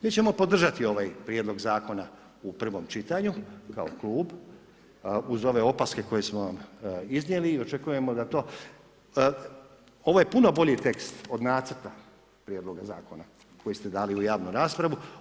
Mi ćemo podržati ovaj prijedlog zakona u prvom čitanju kao klub uz ove opaske koje smo iznijeli i očekujemo da to, ovo je puno bolji tekst od nacrta prijedloga zakona koji ste dali u javnu raspravu.